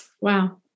Wow